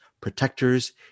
protectors